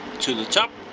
to the top.